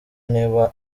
niba